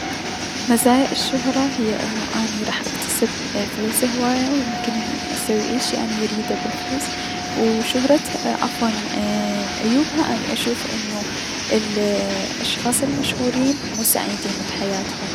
مزايا الشهرة هي انو اني راح اكتسب فلوس هواية و ممكن انو يسوي اي شي اليريده بلفلوس و شهرته- عفوا عيوبها اني اشوف انو الأشخاص المشهورين مو سعيدين بحياتهم.